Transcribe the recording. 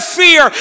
fear